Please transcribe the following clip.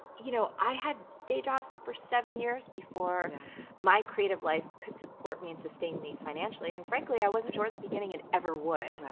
you know, i had day jobs for seven years before my creative life could support me and sustain me financially. and frankly, i wasn't sure at the beginning it ever would. right.